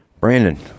Brandon